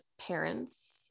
parents